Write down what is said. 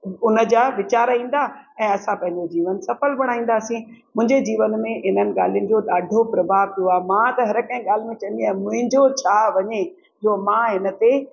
उन जा वीचार ईंदा ऐं असां पंहिंजो जीवन सफलु बणाईंदासीं मुंहिंजे जीवन में इन्हनि ॻाल्हियुनि जो ॾाढो प्रभाव पयो आहे मां त हर कंहिं ॻाल्हि में चवंदी आहियां मुंहिंजो छा वञे जो मां इन ते